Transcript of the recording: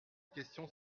question